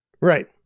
Right